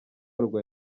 rwa